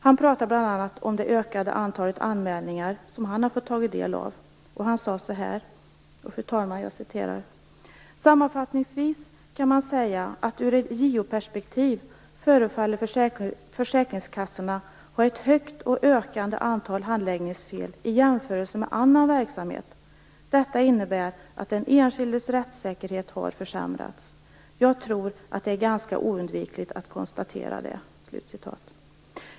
Han pratade bl.a. om det ökade antalet anmälningar som han har fått tagit del av. Han sade så här: Sammanfattningsvis kan man säga att ur ett JO perspektiv förefaller försäkringskassorna ha ett högt och ökande antal handläggningsfel i jämförelse med annan verksamhet. Detta innebär att den enskildes rättssäkerhet har försämrats. Jag tror att det är ganska oundvikligt att konstatera det.